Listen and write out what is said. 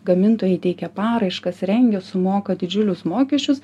gamintojai teikia paraiškas rengia sumoka didžiulius mokesčius